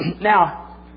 Now